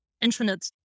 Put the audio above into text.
infinite